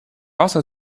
also